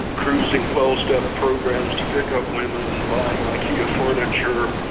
cruising twelve step programs to pick up women, buying ikea furniture,